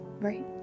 Right